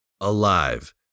alive